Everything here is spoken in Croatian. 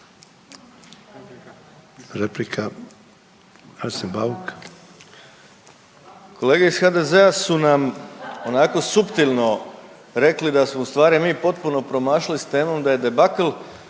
**Bauk, Arsen (SDP)** Kolege iz HDZ-a su nam onako suptilno rekli da smo ustvari mi potpuno promašili s temom, da je debakl